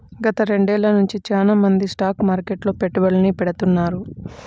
గత రెండేళ్ళ నుంచి చానా మంది స్టాక్ మార్కెట్లో పెట్టుబడుల్ని పెడతాన్నారు